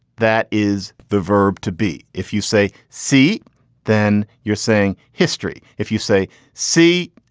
that is the verb to be. if you say c then you're saying history. if you say c,